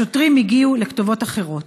השוטרים הגיעו לכתובות אחרות.